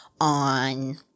on